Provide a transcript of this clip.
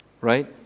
right